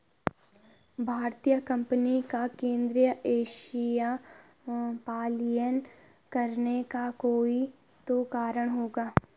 भारतीय कंपनी का केंद्रीय एशिया पलायन करने का कोई तो कारण होगा